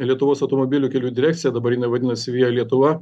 lietuvos automobilių kelių direkciją dabar jinai vadinasi via lietuva